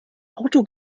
auto